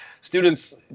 students